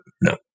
No